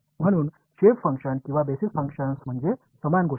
म्हणून shape function किंवा basis function म्हणजे समान गोष्ट